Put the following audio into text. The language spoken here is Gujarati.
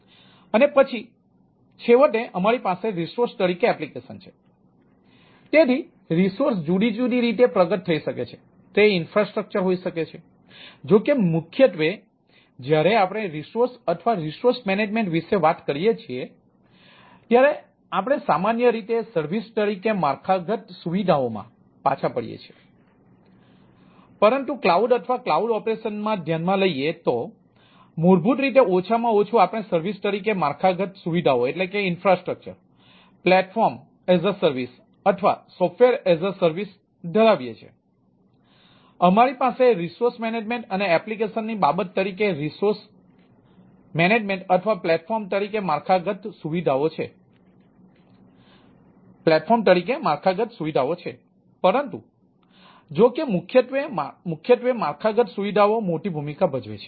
અને પછી છેવટે અમારી પાસે રિસોર્સ ધરાવીએ છીએ અમારી પાસે રિસોર્સ મેનેજમેન્ટ અને એપ્લિકેશનની બાબત તરીકે રિસોર્સ મેનેજમેન્ટ અથવા પ્લેટફોર્મ તરીકે માળખાગત સુવિધાઓ છે પરંતુ જોકે મુખ્યત્વે માળખાગત સુવિધાઓ મોટી ભૂમિકા ભજવે છે